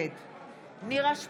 נגד נירה שפק,